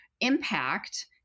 impact